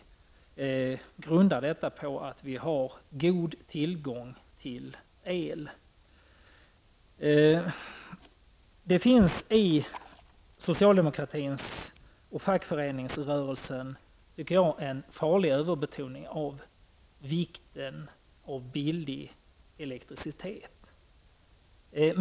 Detta grundar jag på att vi har god tillgång på elektricitet. I socialdemokratin och fackföreningsrörelsen finns det -- tycker jag -- en farlig överbetoning av vikten av billig elektricitet.